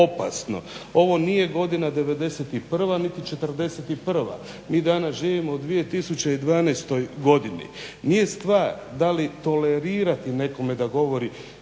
Ovo nije godina 91. niti 41. Mi danas živimo u 2012. godini. Nije stvar da li tolerirati nekome da govori